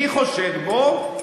מי חושד בו?